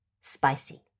spicy